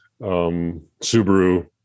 Subaru